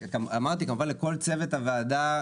וכמובן לכל צוות הוועדה כולו,